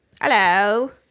Hello